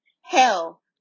Hell